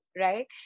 right